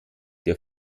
der